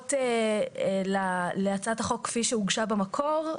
הערות להצעת החוק כפי שהוגשה במקור,